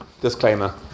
disclaimer